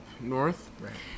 north